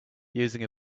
using